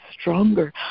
stronger